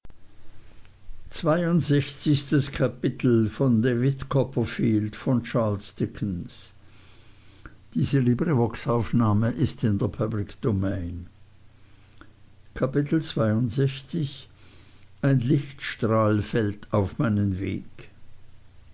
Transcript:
ein lichtstrahl fällt auf meinen weg